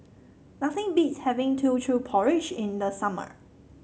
nothing beats having Teochew Porridge in the summer